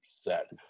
set